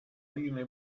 linee